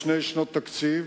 בשתי שנות תקציב,